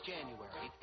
January